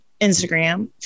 Instagram